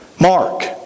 Mark